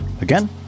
Again